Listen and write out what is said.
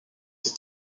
ses